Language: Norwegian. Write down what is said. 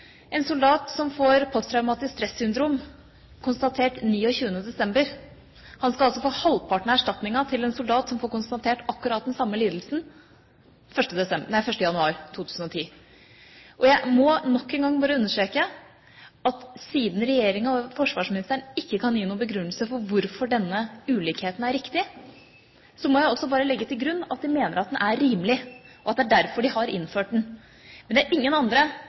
En soldat som får posttraumatisk stressyndrom konstatert 29. desember, skal få halvparten så stor erstatning som en soldat som får konstatert akkurat den samme lidelsen 1. januar 2010. Jeg må bare nok en gang understreke at siden regjeringa og forsvarsministeren ikke kan gi noen begrunnelse for hvorfor denne ulikheten er riktig, må jeg også legge til grunn at de mener at den er rimelig, og at det er derfor de har innført den. Men det er ingen andre